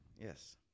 Yes